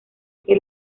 que